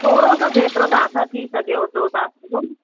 थोरो सो जेतिरो तव्हांसां थी सघे ओतिरो तव्हां कजो